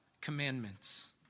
commandments